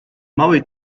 małej